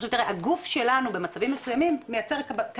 בדרך כלל גם גילאים שאנשים מתחילים בהם את